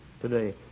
today